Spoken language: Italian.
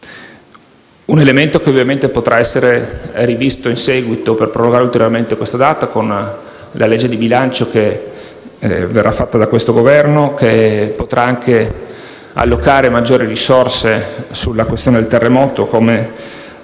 una proposta che ovviamente potrà essere rivista in seguito, per prorogare ulteriormente questo termine con la legge di bilancio che verrà fatta da questo Governo, che potrà allocare anche maggiori risorse sulla questione del terremoto, come